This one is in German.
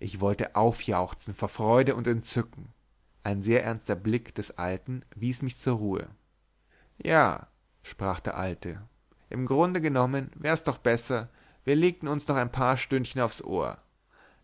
ich wollte aufjauchzen vor freude und entzücken ein sehr ernster blick des alten wies mich zur ruhe ja sprach der alte im grunde genommen wär's doch besser wir legten uns noch ein paar stündchen aufs ohr